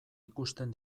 ikusten